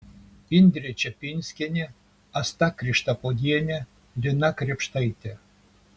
indrė čepinskienė asta krištaponienė lina krėpštaitė